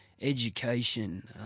education